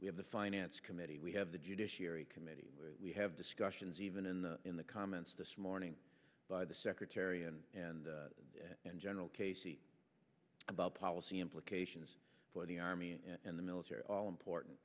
we have the finance committee we have the judiciary committee we have discussions even in the in the comments this morning by the secretary and and and general casey about policy implications for the army and the military all important